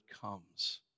comes